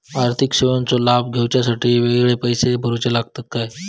आर्थिक सेवेंचो लाभ घेवच्यासाठी वेगळे पैसे भरुचे लागतत काय?